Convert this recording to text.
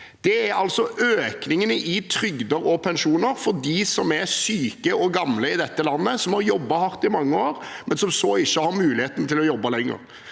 Det er altså økningene i trygder og pensjoner for dem som er syke og gamle i dette landet og har jobbet hardt i mange år, men som så ikke har mulighet til å jobbe lenger.